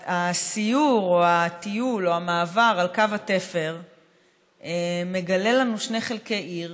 הסיור או הטיול או המעבר על קו התפר מגלה לנו שני חלקי עיר